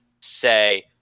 say